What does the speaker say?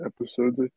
episodes